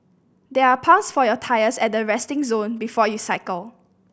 there are pumps for your tyres at the resting zone before you cycle